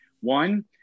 One